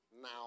now